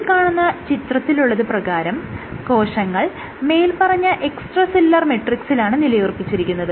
ഈ കാണുന്ന ചിത്രത്തിലുള്ളത് പ്രകാരം കോശങ്ങൾ മേല്പറഞ്ഞ എക്സ്ട്രാ സെല്ലുലാർ മെട്രിക്സിലാണ് നിലയുറപ്പിച്ചിരിക്കുന്നത്